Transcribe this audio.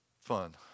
Fun